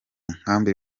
nkambi